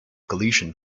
galician